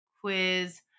quiz